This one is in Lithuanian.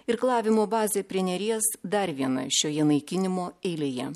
irklavimo bazė prie neries dar viena šioje naikinimo eilėje